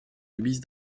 subissent